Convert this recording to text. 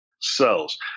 cells